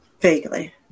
Vaguely